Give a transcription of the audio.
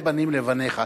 וראה בנים לבניך.